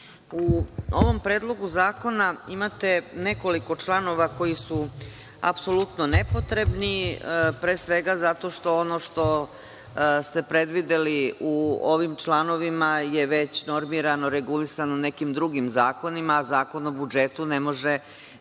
U ovom Predlogu zakona imate nekoliko članova koji su apsolutno nepotrebni, pre svega zato što ono što ste predvideli u ovim članovima je već normirano, regulisano nekim drugim zakonima, a Zakon o budžetu ne može ni